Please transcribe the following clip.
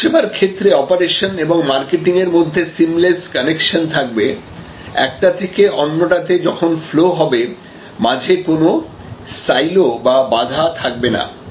পরিসেবার ক্ষেত্রে অপারেশন এবং মার্কেটিং এর মধ্যে সিমলেস কানেকশন থাকবে একটা থেকে অন্যটা তে যখন ফ্লও হবে মাঝে কোনো সাইলো বা বাধা থাকবে না